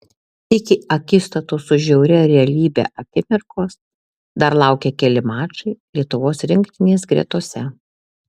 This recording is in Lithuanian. iki akistatos su žiauria realybe akimirkos dar laukė keli mačai lietuvos rinktinės gretose